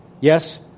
yes